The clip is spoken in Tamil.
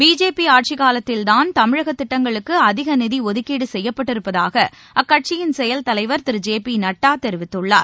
பிஜேபி ஆட்சிக்காலத்தில்தான் தமிழகத் திட்டங்களுக்கு அதிக நிதி ஒதுக்கீடு செய்யப்பட்டிருப்பதாக அக்கட்சியின் செயல் தலைவர் திரு ஜெ பி நட்டா தெரிவித்துள்ளார்